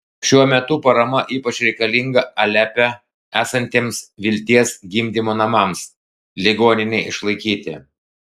šiuo metu parama ypač reikalinga alepe esantiems vilties gimdymo namams ligoninei išlaikyti